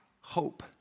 hope